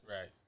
Right